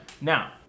Now